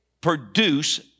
produce